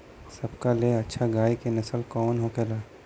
सबका ले अच्छा गाय के नस्ल कवन होखेला?